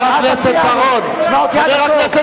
חבר הכנסת בר-און,